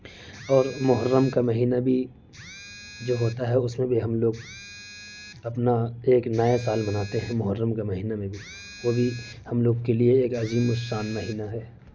اور محرم کا مہینہ بھی جو ہوتا ہے اس میں بھی ہم لوگ اپنا ایک نیال سال مناتے ہیں محرم کے مہینے بھی وہ بھی ہم لوگوں کے لیے ایک عظیم الشان مہینہ ہے